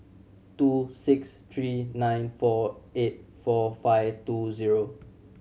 two six three nine four eight four five two zero